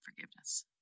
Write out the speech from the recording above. forgiveness